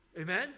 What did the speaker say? Amen